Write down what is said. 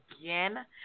again